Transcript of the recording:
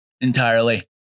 entirely